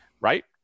Right